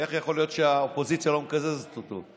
ואיך יכול להיות שהאופוזיציה לא מקזזת אותו.